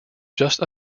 just